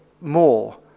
more